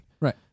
Right